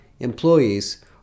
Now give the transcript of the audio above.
employees